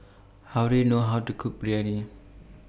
How Do YOU know How to Cook Biryani